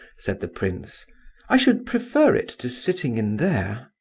said the prince i should prefer it to sitting in there.